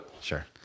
Sure